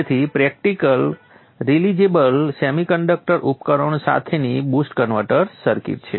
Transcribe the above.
તેથી આ practical realisable semiconductor ઉપકરણો સાથેની બુસ્ટ કન્વર્ટર સર્કિટ છે